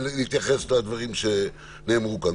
להתייחס לדברים שנאמרו כאן.